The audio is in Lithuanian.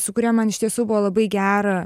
su kuria man iš tiesų buvo labai gera